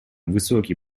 высокий